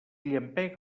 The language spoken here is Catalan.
llampega